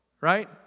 right